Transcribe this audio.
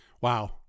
wow